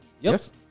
Yes